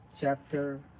Chapter